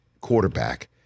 quarterback